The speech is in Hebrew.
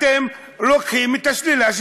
אתם לוקחים את השלילה שבשלילה.